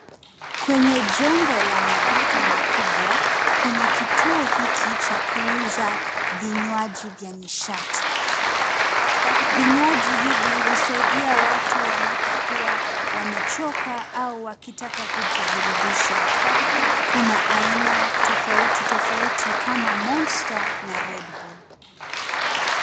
Kwenye jengo la maduka makubwa, kuna kituo hiki cha kuuza vinywaji vya nishati. Vinywaji hivi husaidia watu wanapokuwa wamechoka au wakitaka kujiburudisha. Kuna aina tofauti, tofauti kama Monster na Redbull.